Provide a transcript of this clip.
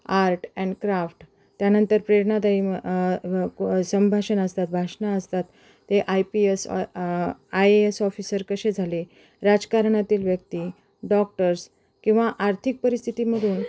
art and craft त्यानंतर प्रेरणादायी संभाषण असतात भाषणं असतात ते I P S I A S officer कसे झाले राजकारणातील व्यक्ती डॉक्टर्स किंवा आर्थिक परिस्थितीमधून